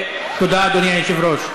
תודה, אדוני היושב-ראש.